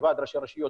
כוועד ראשי הרשויות,